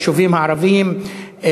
ליישובים הערביים,